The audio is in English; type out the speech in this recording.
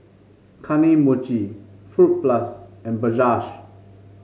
Kane Mochi Fruit Plus and Bajaj